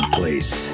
place